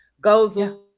goes